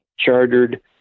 chartered